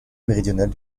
méridionales